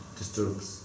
disturbs